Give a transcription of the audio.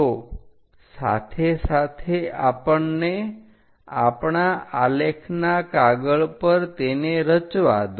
તો સાથે સાથે આપણને આપણા આલેખના કાગળ પર તેને રચવા દો